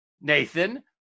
Nathan